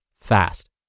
fast